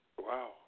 wow